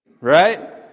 right